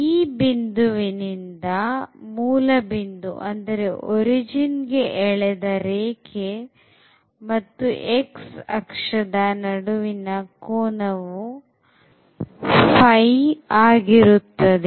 ಈ ಬಿಂದುವಿನಿಂದ ಮೂಲಬಿಂದು ಗೆ ಎಳೆದ ರೇಖೆ ಮತ್ತು x ಅಕ್ಷದ ನಡುವಿನ ಕೋನವು ϕ ಆಗಿರುತ್ತದೆ